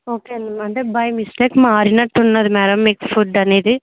okay అండి అంటే by mistake మారినట్టు ఉన్నది మేడం మీకు ఫుడ్ అనేది